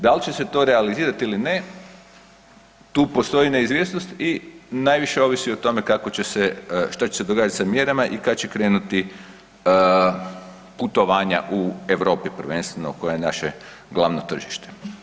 Da li će se to realizirati ili ne tu postoji neizvjesnost i najviše ovisi o tome kako će se, šta će se događati sa mjerama i kad će krenuti putovanja u Europi prvenstveno koja je naše glavno tržište.